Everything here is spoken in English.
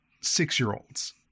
six-year-olds